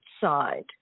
side